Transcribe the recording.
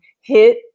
hit